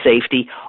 safety